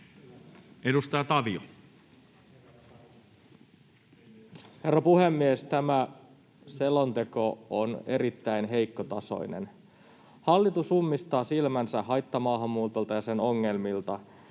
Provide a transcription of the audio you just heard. Edustaja Tavio. Herra puhemies! Tämä selonteko on erittäin heikkotasoinen. Hallitus ummistaa silmänsä haittamaahanmuutolta ja sen ongelmilta.